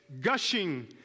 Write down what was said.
gushing